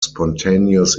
spontaneous